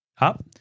up